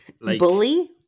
Bully